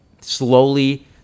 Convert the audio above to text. slowly